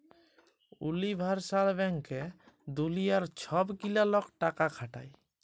universal ব্যাংকে দুলিয়ার ছব গিলা লক টাকা খাটায়